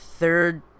Third